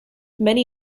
many